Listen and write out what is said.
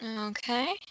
Okay